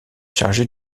chargé